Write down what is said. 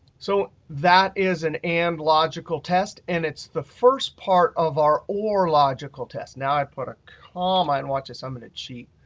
so that is an and logical test, and it's the first part of our or logical test. now i put a comma and watch this i'm going to cheat.